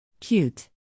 Cute